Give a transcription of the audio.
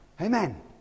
Amen